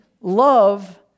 love